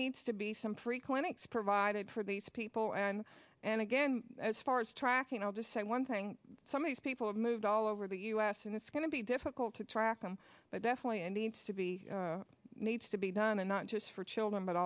needs to be some free clinics provided for these people and and again as far as tracking i'll just say one thing some of these people have moved all over the us and it's going to be difficult to track them but definitely needs to be needs to be done and not just for children but